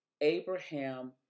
Abraham